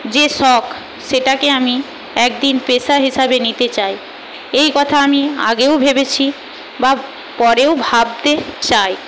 যে শখ সেটাকে আমি একদিন পেশা হিসেবে নিতে চাই এই কথা আমি আগেও ভেবেছি বা পরেও ভাবতে চাই